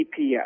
EPS